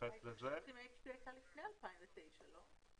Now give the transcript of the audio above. -- -לפני 2009, לא?